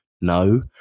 No